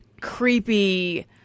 creepy